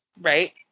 Right